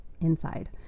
inside